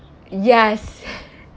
yes